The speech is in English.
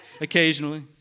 Occasionally